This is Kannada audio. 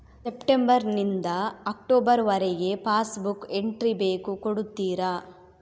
ಸೆಪ್ಟೆಂಬರ್ ನಿಂದ ಅಕ್ಟೋಬರ್ ವರಗೆ ಪಾಸ್ ಬುಕ್ ಎಂಟ್ರಿ ಬೇಕು ಕೊಡುತ್ತೀರಾ?